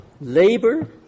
labor